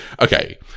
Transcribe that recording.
okay